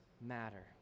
matter